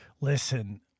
listen